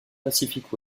pacifique